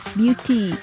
beauty